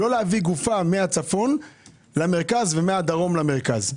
לא להביא גופה מהצפון למרכז ומהדרום למרכז.